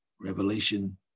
Revelation